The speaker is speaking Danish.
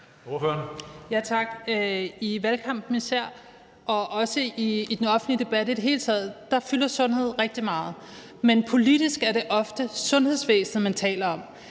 i valgkampen og også i den offentlige debat i det hele taget fylder sundhed rigtig meget, men politisk er det ofte sundhedsvæsenet, man taler om.